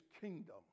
kingdom